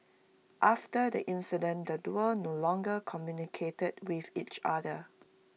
after the incident the duo no longer communicated with each other